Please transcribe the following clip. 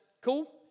Cool